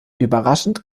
überraschend